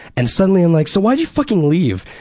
and suddenly i'm like, so why'd you fucking leave?